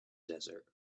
desert